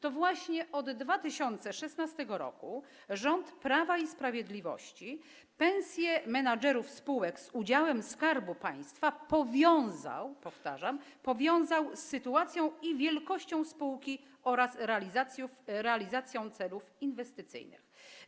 To właśnie w 2016 r. rząd Prawa i Sprawiedliwości pensje menadżerów spółek z udziałem Skarbu Państwa powiązał, powtarzam, powiązał z sytuacją i wielkością spółki oraz realizacją jej celów inwestycyjnych.